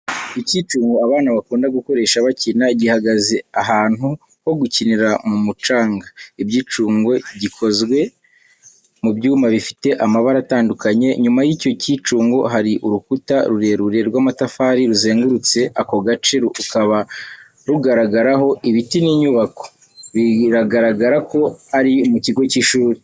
Icyicungo abana bakunda gukoresha bakina, gihagaze ahantu ho gukinira mu mucanga. Icyicungo gikozwe mu byuma bifite amabara atandukanye. Nyuma y'icyo cyicungo, hari urukuta rurerure rw'amatafari ruzengurutse ako gace, rukaba rugaragaraho ibiti n'inyubako. Biragaragara ko ari mu kigo cy'ishuri.